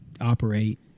operate